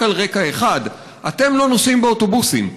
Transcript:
על רקע אחד: אתם לא נוסעים באוטובוסים,